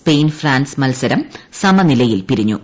Spain France മത്സരം സമനിലയിൽ പിരിഞ്ഞു